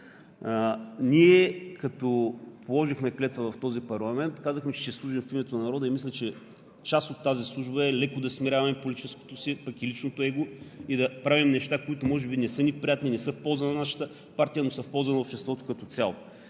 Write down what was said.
Ние, като положихме клетва в този парламент, казахме, че ще служим в името на народа, и мисля, че част от тази служба е леко да смиряваме политическото си, пък и личното его, и да правим неща, които може би не са ни приятни, не са в полза на нашата партия, но са в полза на обществото като цяло.